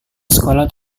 sekolah